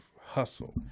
hustle